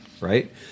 right